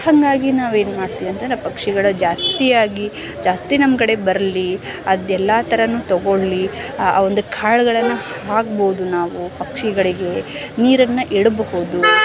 ಹಾಗಾಗಿ ನಾವೇನು ಮಾಡ್ತೀವಂತಂದ್ರೆ ಪಕ್ಷಿಗಳು ಜಾಸ್ತಿಯಾಗಿ ಜಾಸ್ತಿ ನಮ್ಮ ಕಡೆ ಬರಲಿ ಅದು ಎಲ್ಲ ಥರನೂ ತಗೊಳ್ಳಿ ಆ ಒಂದು ಕಾಳುಗಳನ್ನ ಹಾಕ್ಬೋದು ನಾವು ಪಕ್ಷಿಗಳಿಗೆ ನೀರನ್ನು ಇಡಬಹುದು